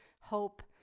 hope